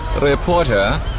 Reporter